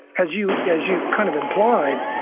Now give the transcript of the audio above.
as you as you kind of implied,